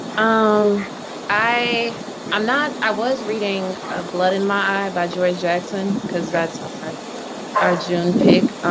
um i am not i was reading ah blood in my eye, by joy jackson. because that's our june pick.